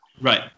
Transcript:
Right